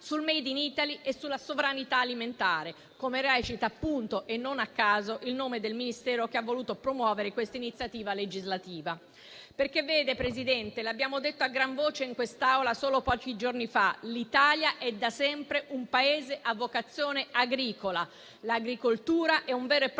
sul *made in Italy* e sulla sovranità alimentare, come recita appunto, e non a caso, il nome del Ministero che ha voluto promuovere questa iniziativa legislativa. Vede, Presidente, l'abbiamo detto a gran voce in quest'Aula solo pochi giorni fa: l'Italia è da sempre un Paese a vocazione agricola. L'agricoltura è un vero e proprio